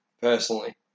personally